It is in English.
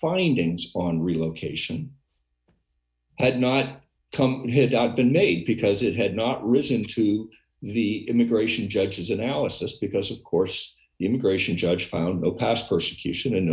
findings on relocation had not come in had i been made because it had not risen to the immigration judges analysis because of course the immigration judge found no past persecution and